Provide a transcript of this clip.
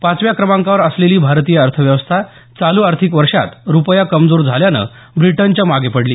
पाचव्या क्रमांकावर असलेली भारतीय अर्थव्यवस्था चालू आर्थिक वर्षात रुपया कमजोर झाल्यानं ब्रिटनच्या मागे पडली